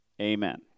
amen